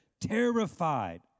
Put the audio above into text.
terrified